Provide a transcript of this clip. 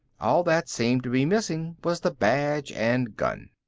all that seemed to be missing was the badge and gun.